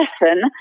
lesson